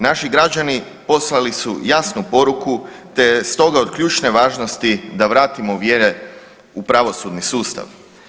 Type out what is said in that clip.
Naši građani poslali su jasnu poruku, te je stoga od ključne važnosti da vratimo vjere u pravosudni sustav.